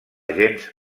gens